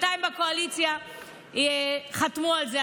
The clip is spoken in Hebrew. בינתיים בקואליציה חתמו על זה.